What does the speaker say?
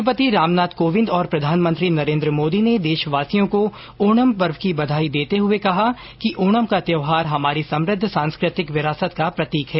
राष्ट्रपति राम नाथ कोविंद और प्रधानमंत्री नरेन्द्र मोदी ने देशवासियों को ओणम पर्व की बधाई देते हुए कहा कि ओणम का त्योहार हमारी समृद्ध सांस्कृतिक विरासत का प्रतीक है